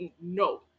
No